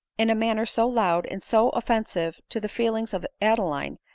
in a man ner so loud, and so offensive to the feelings of adeline,